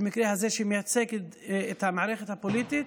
שבמקרה הזה מייצגת את המערכת הפוליטית,